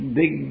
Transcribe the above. big